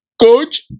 Coach